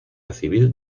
civil